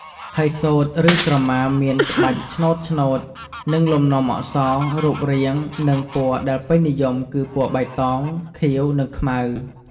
ហើយសូត្រ ឬក្រមាមានក្បាច់ឆ្នូតៗ និងលំនាំអក្សរ/រូបរាងនិង ពណ៌ដែលពេញនិយម គឺ ពណ៌បៃតង ខៀវ និងខ្មៅ។